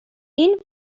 این